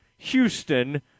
Houston